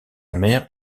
mère